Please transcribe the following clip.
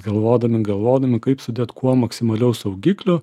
galvodami galvodami kaip sudėt kuo maksimaliau saugiklių